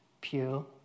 pure